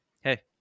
hey